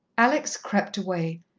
alex crept away,